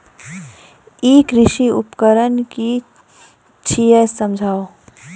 ई कृषि उपकरण कि छियै समझाऊ?